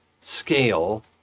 scale